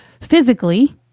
physically